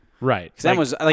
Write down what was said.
Right